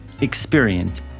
experience